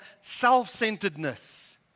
self-centeredness